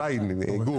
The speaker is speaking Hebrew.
גור,